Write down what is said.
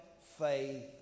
faith